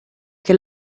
che